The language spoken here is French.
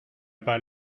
pas